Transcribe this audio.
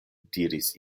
diris